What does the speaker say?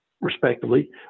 respectively